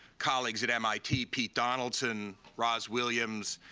colleagues at mit pete donaldson, ross williams,